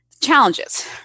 challenges